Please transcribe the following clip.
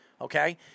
okay